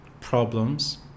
problems